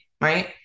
Right